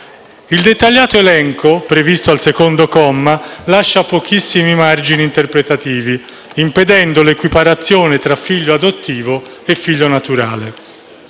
Il dettagliato elenco, previsto dal comma 2, lascia pochissimi margini interpretativi, impedendo l'equiparazione tra figlio adottivo e figlio naturale.